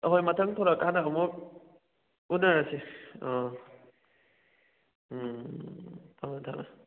ꯑꯩꯈꯣꯏ ꯃꯊꯪ ꯊꯣꯔꯛꯑꯀꯥꯟꯗ ꯑꯃꯨꯛ ꯎꯟꯅꯔꯁꯤ ꯊꯝꯃꯦ ꯊꯝꯃꯦ